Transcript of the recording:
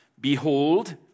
behold